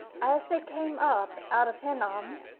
as they came up out of hinnom,